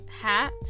hat